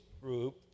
group